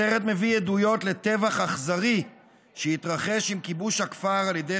הסרט מביא עדויות לטבח אכזרי שהתרחש עם כיבוש הכפר על ידי